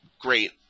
great